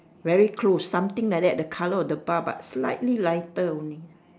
very close something like that the colour of the bar but slightly lighter only